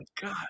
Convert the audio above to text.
god